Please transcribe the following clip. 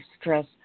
stress